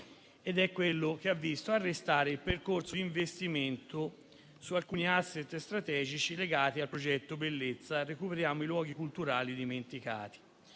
interne, che ha visto arrestare il percorso di investimento su alcuni *asset* strategici legati al progetto «Bellezz@-Recuperiamo i luoghi culturali dimenticati».